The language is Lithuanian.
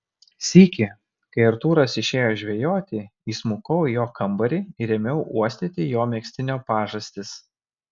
sykį kai artūras išėjo žvejoti įsmukau į jo kambarį ir ėmiau uostyti jo megztinio pažastis